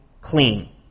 clean